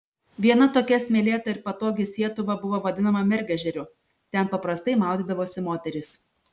viena tokia smėlėta ir patogi sietuva buvo vadinama mergežeriu ten paprastai maudydavosi moterys